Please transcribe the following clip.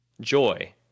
Joy